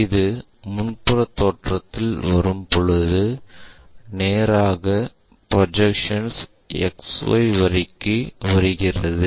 இது முன்புற தோற்றத்தில் வரும்பொழுது நேராக ப்ரொஜெக்ஷன் XY வரிக்கு வருகிறது